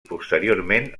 posteriorment